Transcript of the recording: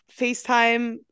FaceTime